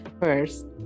first